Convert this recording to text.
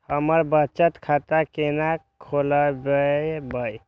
हम बचत खाता केना खोलैब?